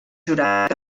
jurat